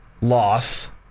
loss